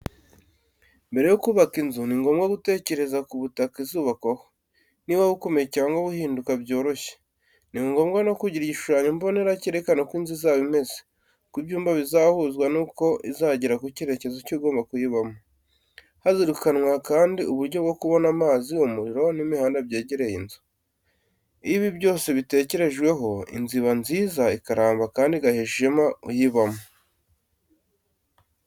Mbere yo kubaka inzu, ni ngombwa gutekereza ku butaka izubakwaho, niba bukomeye cyangwa budahinduka byoroshye. Ni ngombwa no kugira igishushanyo mbonera cyerekana uko inzu izaba imeze, uko ibyumba bizahuzwa n’uko izagera ku cyerekezo cy’ugomba kuyibamo. Hazirikanwa kandi uburyo bwo kubona amazi, umuriro n’imihanda byegereye inzu. Iyo ibi byose bitekerejweho, inzu iba nziza, ikaramba kandi igahesha ishema uyibamo.